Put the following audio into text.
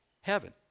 Heaven